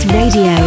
Radio